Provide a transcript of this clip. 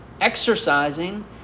exercising